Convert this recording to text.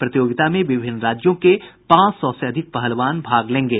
प्रतियोगिता में विभिन्न राज्यों के पांच सौ से अधिक पहलवान भाग लेंगे